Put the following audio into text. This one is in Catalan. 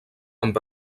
amb